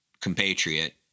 compatriot